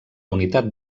unitat